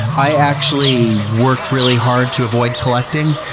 i actually work really hard to avoid collecting.